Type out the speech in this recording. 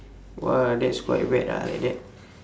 !wah! that's quite bad ah like that